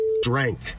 strength